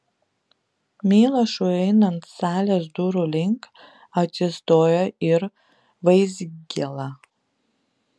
milašiui einant salės durų link atsistoja ir vaizgėla